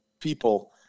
people